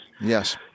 Yes